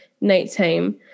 nighttime